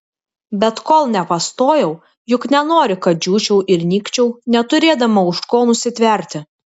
bet kol nepastojau juk nenori kad džiūčiau ir nykčiau neturėdama už ko nusitverti